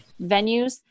venues